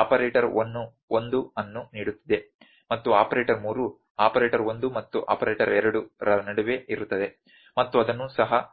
operator 1 ಅದನ್ನು ನೀಡುತ್ತಿದೆ ಮತ್ತು ಆಪರೇಟರ್ 3 ಆಪರೇಟರ್ 1 ಮತ್ತು ಆಪರೇಟರ್ 2 ರ ನಡುವೆ ಇರುತ್ತದೆ ಮತ್ತು ಅದನ್ನು ಸಹ ಆರ್ಡರ್ ಮಾಡಬಹುದು